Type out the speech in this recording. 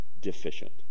deficient